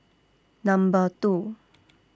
Number two